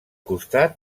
costat